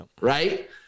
right